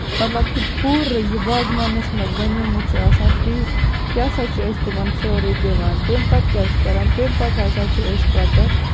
مطلب کہِ پوٗرٕ یہِ وازوانَس منٛز بَنیومُت چھُ آسان تی تہِ ہسا چھِ أسۍ تِمن سورُے دِوان تَمہِ پَتہٕ کیاہ چھِ کران تَمہِ پَتہٕ ہسا چھِ أسۍ پَتہٕ